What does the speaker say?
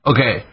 Okay